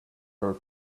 her